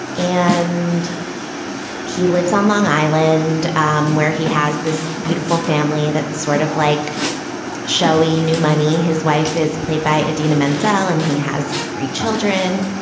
and he lives on long island, um where he has this beautiful family that sort of like shelley new money. his wife is played by adina menzel and he has three children.